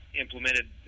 implemented